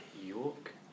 York